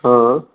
आं